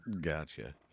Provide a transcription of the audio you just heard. Gotcha